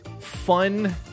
fun